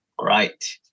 Right